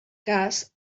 cas